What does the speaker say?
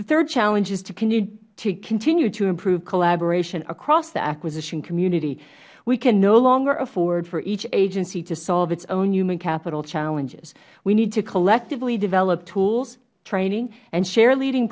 the third challenge is to continue to improve collaboration across the acquisition community we can no longer afford for each agency to solve its own human capital challenges we need to collectively develop tools training and share leading